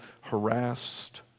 harassed